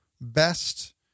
best